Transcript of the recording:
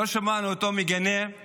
לא שמענו אותו מגנה את